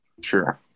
Sure